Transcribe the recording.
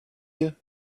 you